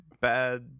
bad